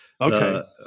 Okay